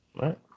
right